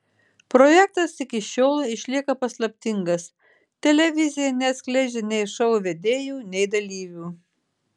projektas iki šiol išlieka paslaptingas televizija neatskleidžia nei šou vedėjų nei dalyvių